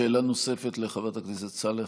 שאלה נוספת לחברת הכנסת סאלח.